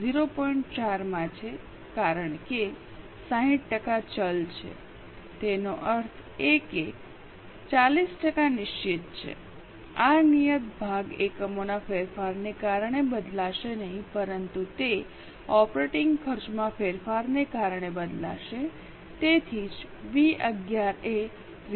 4 માં છે કારણ કે 60 ટકા ચલ છે તેનો અર્થ એ કે 40 ટકા નિશ્ચિત છે આ નિયત ભાગ એકમોના ફેરફારને કારણે બદલાશે નહીં પરંતુ તે ઓપરેટિંગ ખર્ચમાં ફેરફારને કારણે બદલાશે તેથી જ બી 11 એ 0